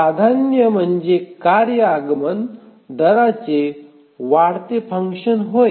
प्राधान्य म्हणजे कार्य आगमन दराचे वाढते फन्कशन होय